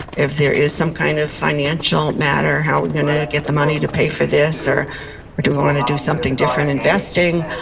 if there is some kind of financial matter, how we're gonna get the money to pay for this or or do we wanna do something different investing?